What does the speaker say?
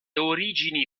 origini